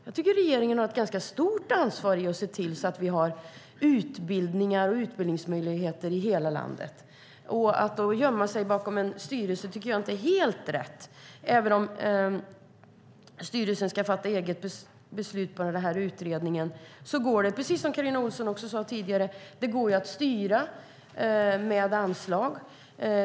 Jag tycker att regeringen har ett stort ansvar för att se till att vi har utbildningar och utbildningsmöjligheter i hela landet. Att gömma sig bakom en styrelse tycker jag inte är helt rätt. Även om styrelsen ska fatta beslut utifrån utredningen går det, precis som Carina Ohlsson sade tidigare, att styra med anslag.